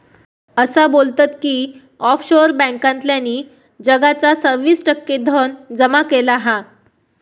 असा बोलतत की ऑफशोअर बॅन्कांतल्यानी जगाचा सव्वीस टक्के धन जमा केला हा